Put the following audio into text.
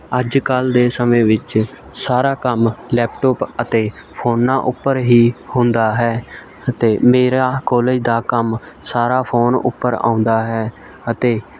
ਅੱਜ ਕੱਲ੍ਹ ਦੇ ਸਮੇਂ ਵਿੱਚ ਸਾਰਾ ਕੰਮ ਲੈਪਟੋਪ ਅਤੇ ਫ਼ੋਨਾਂ ਉੱਪਰ ਹੀ ਹੁੰਦਾ ਹੈ ਅਤੇ ਮੇਰਾ ਕੋਲਿਜ ਦਾ ਕੰਮ ਸਾਰਾ ਫ਼ੋਨ ਉੱਪਰ ਆਉਂਦਾ ਹੈ ਅਤੇ